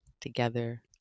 together